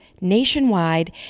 nationwide